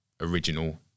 original